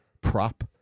prop